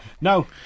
No